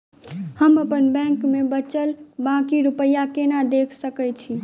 हम अप्पन बैंक मे बचल बाकी रुपया केना देख सकय छी?